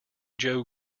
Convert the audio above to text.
joe